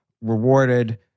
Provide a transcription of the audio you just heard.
rewarded